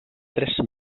tres